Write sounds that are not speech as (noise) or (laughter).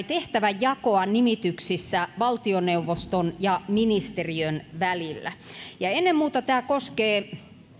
(unintelligible) tehtävänjakoa nimityksissä valtioneuvoston ja ministeriön välillä ennen muuta tämä koskee